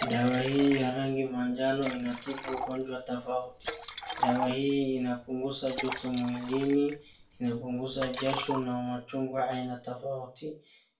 Dawa hii ya rangi manjano inatibu ugonjwa tofauti. Dawa hii inapunguza joto mwilini, inapunguza jasho na machungu aina tofauti.